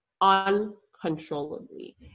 uncontrollably